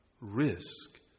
Risk